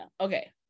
okay